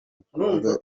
ukuvuga